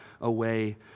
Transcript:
away